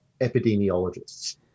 epidemiologists